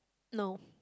no